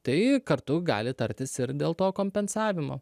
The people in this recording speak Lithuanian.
tai kartu gali tartis ir dėl to kompensavimo